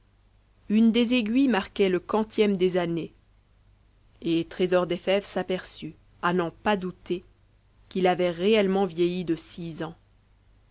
une des aiguilles marquait le quantième des années et trésor des fèves s'aperçut n'en pas douter qu'il avait réellement vieilli de six ans